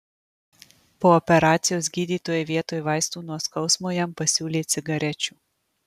po operacijos gydytojai vietoj vaistų nuo skausmo jam pasiūlė cigarečių